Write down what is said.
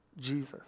Jesus